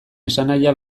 esanahia